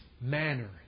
manner